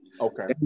Okay